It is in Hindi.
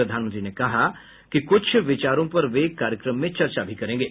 प्रधानमंत्री ने कहा कि कुछ विचारों पर वे कार्यक्रम में चर्चा भी करेंगे